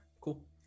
cool